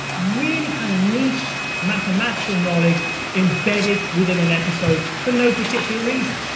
really kind of niche mathematical knowledge embedded within an episode for no particular reason.